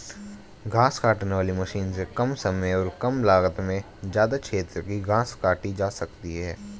घास काटने वाली मशीन से कम समय और कम लागत में ज्यदा क्षेत्र की घास काटी जा सकती है